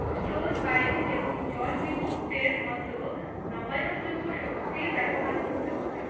store বায়ু এবং জল বিদ্যুতের মতো নবায়নযোগ্য শক্তির ব্যবহার করতে হবে